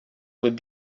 would